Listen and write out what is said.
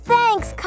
Thanks